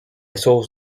sauce